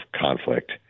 conflict